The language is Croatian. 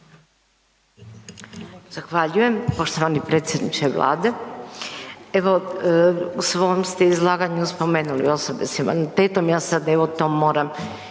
Zahvaljujem poštovani predsjedniče Vlade. Evo, u svom ste izlaganju spomenuli osobe s invaliditetom, ja sad evo to moram